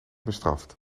bestraft